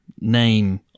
name